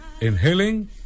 inhaling